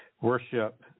worship